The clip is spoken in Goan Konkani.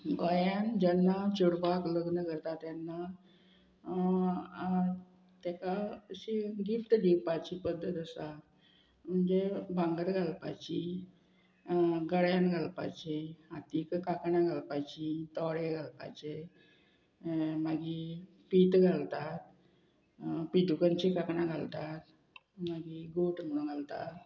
गोंयान जेन्ना चेडवपाक लग्न करता तेन्ना तेका अशी गिफ्ट दिवपाची पद्दत आसा म्हणजे भांगर घालपाची गळ्यान घालपाची हातीक कांकणां घालपाची तोडे घालपाचे मागीर पीत घालता पितुकांची कांकणां घालतात मागीर गोठ म्हणून घालतात